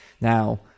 Now